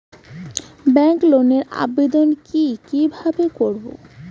Bank লোনের আবেদন কি কিভাবে করব?